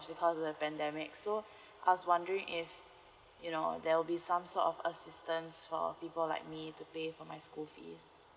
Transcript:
because of the pandemic so I was wondering if you know there will be some sort of assistance for people like me to pay for my school fees